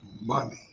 money